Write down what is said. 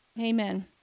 Amen